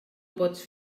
pots